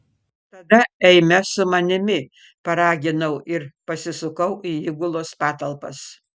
tada eime su manimi paraginau ir pasisukau į įgulos patalpas